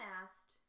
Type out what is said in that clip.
asked